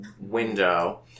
window